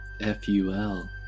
F-U-L